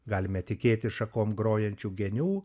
galime tikėtis šakom grojančių genių